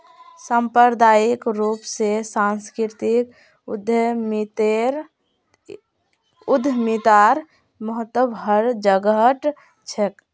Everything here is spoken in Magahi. सांप्रदायिक रूप स सांस्कृतिक उद्यमितार महत्व हर जघट छेक